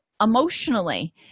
emotionally